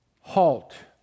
HALT